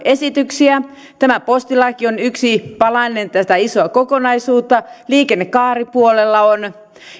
esityksiä tämä postilaki on yksi palanen tätä isoa kokonaisuutta liikennekaaripuolella on muita ja